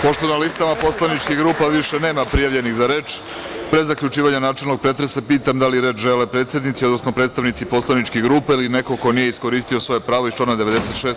Pošto na listama poslaničkih grupa više nema prijavljenih za reč, pre zaključivanja načelnog pretresa pitam – da li reč žele predsednici, odnosno predstavnici poslaničkih grupa ili neko ko nije iskoristio svoje pravo iz člana 96.